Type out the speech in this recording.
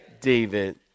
David